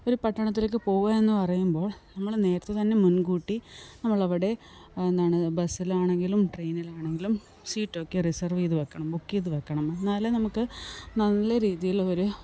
ഒരു പട്ടണത്തിലേക്ക് പോവുക എന്ന് പറയുമ്പോൾ നമ്മള് നേരത്തെ തന്നെ മുൻകൂട്ടി നമ്മളവിടെ അ എന്താണ് ബസിലാണെങ്കിലും ട്രെയിനിലാണെങ്കിലും സീറ്റൊക്കെ റിസർവ് ചെയ്ത് വെക്കണം ബുക്ക് ചെയ്തു വെക്കണം എന്നാലേ നമുക്ക് നല്ല രീതിയില് ഒരു